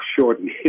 shorten